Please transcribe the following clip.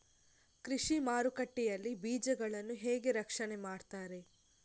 ಕೃಷಿ ಮಾರುಕಟ್ಟೆ ಯಲ್ಲಿ ಬೀಜಗಳನ್ನು ಹೇಗೆ ರಕ್ಷಣೆ ಮಾಡ್ತಾರೆ?